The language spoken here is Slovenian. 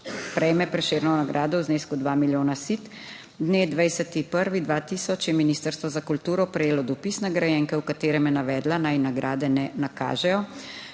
prejme Prešernovo nagrado v znesku 2 milijona SIT. Dne 20. 1. 2000 je Ministrstvo za kulturo prejelo dopis nagrajenke, v katerem je navedla, naj nagrade ne nakažejo.